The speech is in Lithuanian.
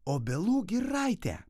obelų giraitė